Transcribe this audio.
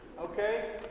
Okay